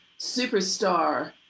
superstar